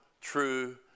true